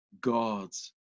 God's